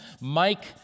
Mike